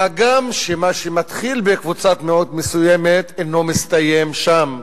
מה גם שמה שמתחיל בקבוצת מיעוט מסוימת אינו מסתיים שם.